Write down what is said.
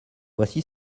voici